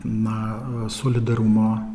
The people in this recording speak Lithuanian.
na solidarumo